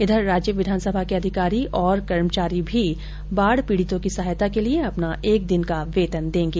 इधर राज्य विधानसभा के अधिकारी और कर्मचारी भी बाढ़ पीड़ितों की सहायता के लिये अपना एक दिन का वेतन देंगे